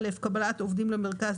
(א)קבלת עובדים למרכז,